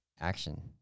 action